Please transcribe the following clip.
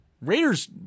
Raiders